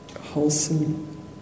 wholesome